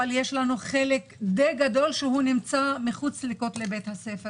אבל יש חלק די גדול של תלמידים שנמצא מחוץ לכותלי בית הספר.